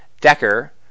Decker